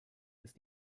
ist